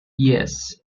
yes